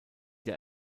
der